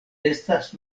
estas